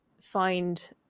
find